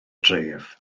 dref